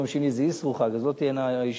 מפני שיום שני זה אסרו-חג אז לא תהיינה ישיבות,